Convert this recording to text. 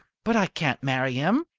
but i can't marry him,